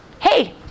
Hey